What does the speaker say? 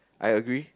I agree